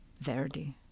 Verdi